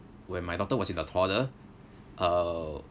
when my daughter was in the toddler uh